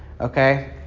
okay